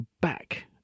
back